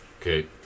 Okay